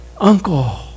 uncle